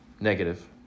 negative